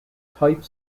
type